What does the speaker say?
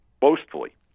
boastfully